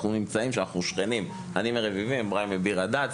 אנחנו שכנים, אני מרביבים ואיברהים מדיר הדאג׳.